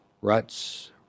ruts